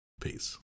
Peace